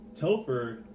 Topher